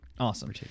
Awesome